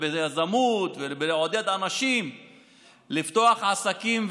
ביזמות ובלעודד אנשים לפתוח עסקים,